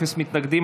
אפס מתנגדים.